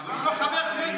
אבל הוא לא חבר כנסת.